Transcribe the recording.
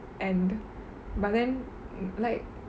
end but then like